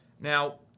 Now